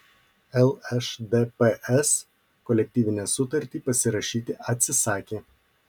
lšdps kolektyvinę sutartį pasirašyti atsisakė